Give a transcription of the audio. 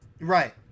Right